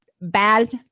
bad